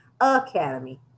Academy